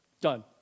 Done